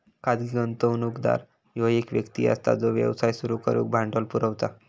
खाजगी गुंतवणूकदार ह्यो एक व्यक्ती असता जो व्यवसाय सुरू करुक भांडवल पुरवता